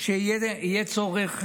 אם יהיה צורך,